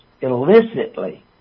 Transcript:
illicitly